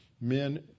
men